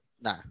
No